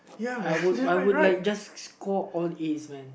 I would I would like just score all As man